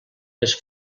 les